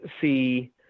see